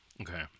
Okay